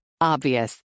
Obvious